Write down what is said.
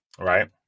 right